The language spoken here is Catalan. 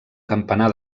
campanar